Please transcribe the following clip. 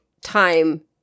time